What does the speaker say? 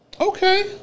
okay